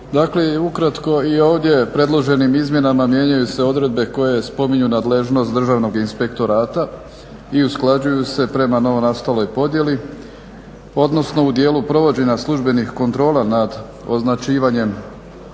ukratko i ovdje predloženim izmjenama mijenjaju se odredbe koje spominju nadležnost Državnog inspektorata i usklađuju se prema novonastaloj podjeli, odnosno u dijelu provođenja službenih kontrola nad označivanjem